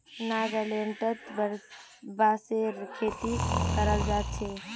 नागालैंडत बांसेर खेती कराल जा छे